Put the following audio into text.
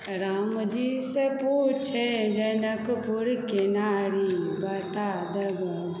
रामजी से पूछे जनकपुरके नारी बता दऽ बबुआ